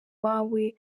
wawe